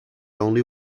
only